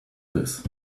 this